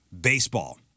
Baseball